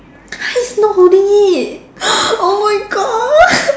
he's not holding it oh my God